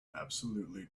absolutely